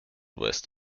west